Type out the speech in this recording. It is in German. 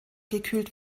gekühlt